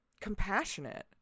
compassionate